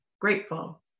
grateful